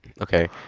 Okay